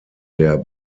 der